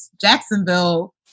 Jacksonville